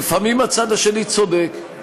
שלפעמים הצד השני צודק.